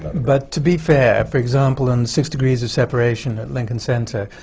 but to be fair, for example, in six degrees of separation at lincoln center,